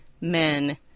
men